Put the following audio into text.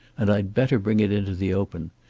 and i'd better bring it into the open.